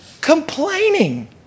complaining